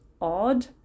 odd